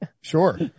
Sure